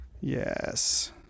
Yes